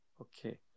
Okay